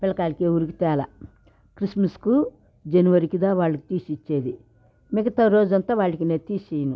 పిల్లకాయలు ఎవరికి తేలేడు క్రిస్మస్కు జనవరికి దా వాళ్ళకి తీసి ఇచ్చేది మిగతా రోజు అంత వాళ్ళకి నేను తీయను